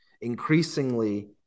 increasingly